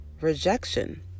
rejection